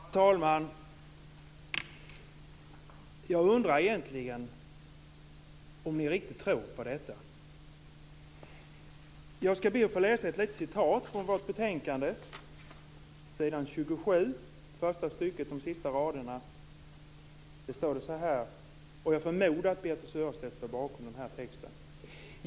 Herr talman! Jag undrar om ni riktigt tror på detta egentligen. Jag skall be att få läsa ett litet citat från vårt betänkande, s. 27, första stycket, de sista raderna. Jag förmodar att Birthe Sörestedt står bakom texten.